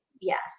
yes